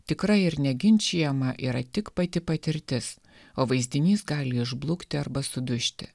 tikra ir neginčijama yra tik pati patirtis o vaizdinys gali išblukti arba sudužti